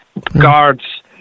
Guards